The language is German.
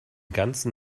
ganzen